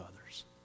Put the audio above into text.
others